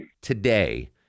today